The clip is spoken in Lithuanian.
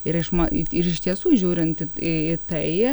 ir išma ir iš tiesų žiūrint į į tai